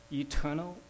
eternal